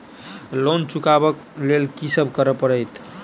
Loan चुका ब लैल की सब करऽ पड़तै?